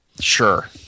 Sure